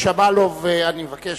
ושמאלוב, אני מבקש.